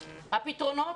הפתרונות,